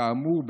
כאמור,